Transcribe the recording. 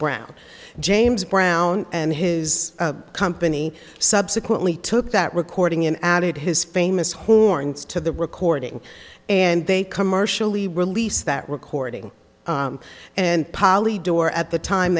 brown james brown and his company subsequently took that recording in added his famous horns to the recording and they commercially released that recording and polydore at the time